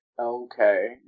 Okay